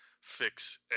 fix